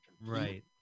Right